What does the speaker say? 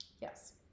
Yes